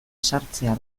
sartzea